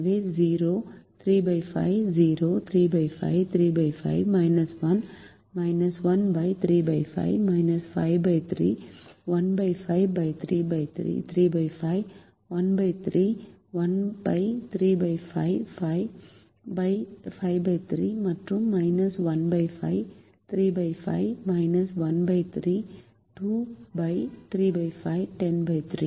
எனவே 0 35 0 35 35 1 1 35 53 15 3 5 13 1 35 53 மற்றும் 15 35 13 2 35 103